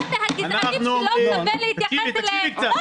אתה מהגזענים שלא שווה להתייחס אליהם.